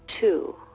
two